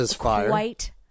White